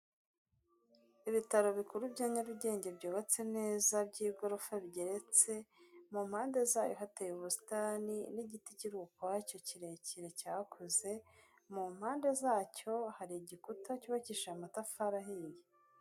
Ibitaro bikuru bya Nyarugenge byubatse neza, by'igorofa bigeretse, mu mpande zayo hateye ubusitani, n'igiti kiri ukwacyo kirekire cyakuze, mu mpande zacyo, hari igikuta cyubakishije amatafari ahiye.